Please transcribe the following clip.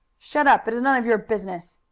shut up. it is none of your business.